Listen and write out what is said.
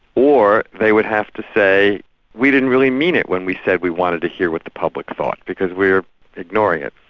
or they would have to say we didn't really mean it when we said we wanted to hear what the public thought, because we're ignoring it.